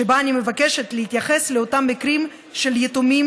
שבה אני מבקשת להתייחס לאותם מקרים של יתומים